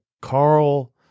Carl